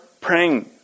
praying